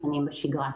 הכנסה.